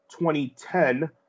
2010